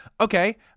Okay